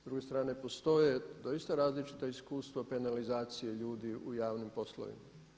S druge strane postoje doista različita iskustva penalizacije ljudi u javnim poslovima.